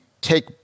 take